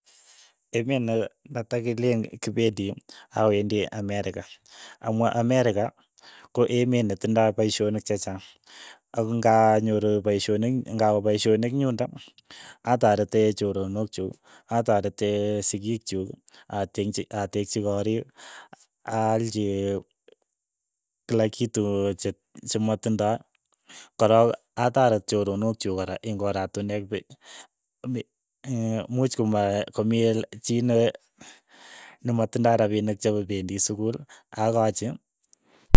Emenet ne na takilen kipendi awendi amerika, amu amerika ko emet ne tindoi paishonik che chang, ako ng'anyoru paishonik, ng'awe pasihonik ing yundok ataretee choronokchuk, ataretee sikiik chuk, atengchi, atekchi koriik, aalchi kei kila kitu che- chematindoi, kora atoret chorook chuk kora eng' oratinwek pe mi iin muuch komaa komii chii ne nematindoi rapinik chependi sukul akachi.